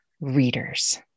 readers